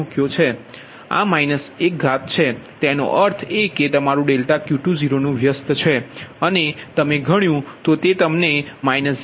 આ માઈનસ 1 ઘાત છે તેનો અર્થ એ કે તમારું ∆Q20 નુ વ્યસ્ત છે અને તમે ગણ્યું 0